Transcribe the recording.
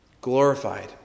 glorified